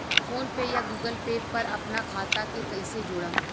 PhonePe या Google Pay पर अपना खाता के कईसे जोड़म?